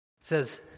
says